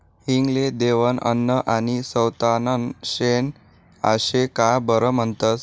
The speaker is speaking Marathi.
हिंग ले देवनं अन्न आनी सैताननं शेन आशे का बरं म्हनतंस?